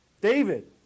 David